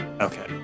Okay